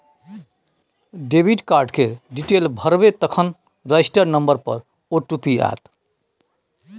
debit card केर detail भरबै तखन रजिस्टर नंबर पर ओ.टी.पी आएत